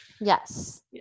yes